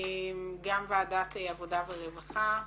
גם ועדת עבודה ורווחה,